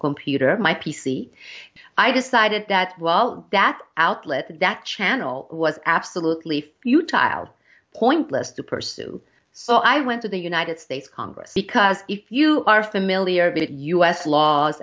computer my p c i decided that well that outlet that channel was absolutely few tile pointless to pursue so i went to the united states congress because if you are familiar with u s laws